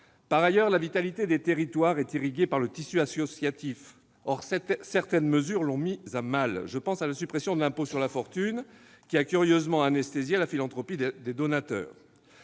Par ailleurs, la vitalité des territoires est irriguée par le tissu associatif, que certaines mesures ont mis à mal. Je pense à la suppression de l'impôt sur la fortune, qui a curieusement anesthésié la philanthropie des donateurs.